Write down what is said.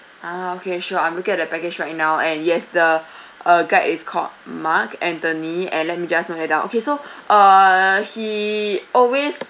ah okay sure I'm looking at the package right now and yes the uh guide is called mark anthony and let me just note that down okay so uh he always